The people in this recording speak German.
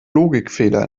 logikfehler